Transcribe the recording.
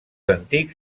antics